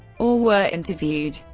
or were interviewed.